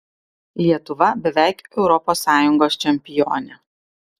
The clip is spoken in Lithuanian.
lietuva beveik europos sąjungos čempionė